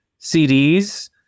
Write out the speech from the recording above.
CDs